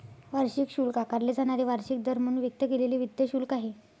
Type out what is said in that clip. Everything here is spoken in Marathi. वार्षिक शुल्क आकारले जाणारे वार्षिक दर म्हणून व्यक्त केलेले वित्त शुल्क आहे